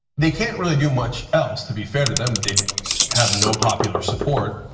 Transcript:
they can't really do much else to be fair to them. they have no popular support.